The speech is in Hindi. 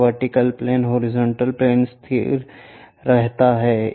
यह वर्टिकल प्लेन हॉरिजॉन्टल प्लेन स्थिर रहता है